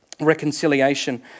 reconciliation